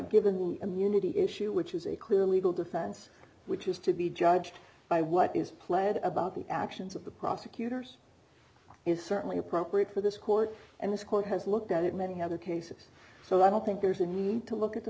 will immunity issue which is a clear legal defense which is to be judged by what is pled about the actions of the prosecutors is certainly appropriate for this court and this court has looked at it many other cases so i don't think there's a need to look at the